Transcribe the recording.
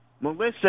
Melissa